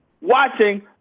watching